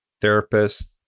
therapist